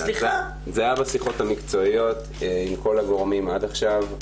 זה היה בשיחות המקצועיות עם כל הגורמים עד עכשיו.